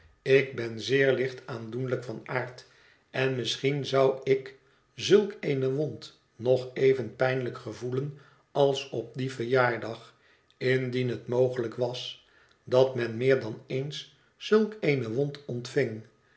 ik ben zeer licht aandoenlijk van aard en misschien zou ik zulk eene wond nog even pijnlijk gevoelen als op dien verjaardag indien het mogelijk was dat men meer dan eens zulk eene wond ontving